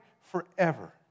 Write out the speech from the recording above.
forever